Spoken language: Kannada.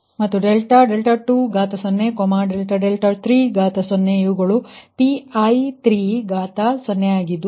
ಮತ್ತು ∆20 ∆30 ಇವುಗಳು Pi30 ಆಗಿದ್ದು